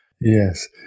Yes